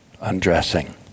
undressing